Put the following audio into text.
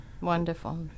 Wonderful